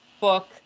book